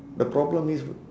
the problem is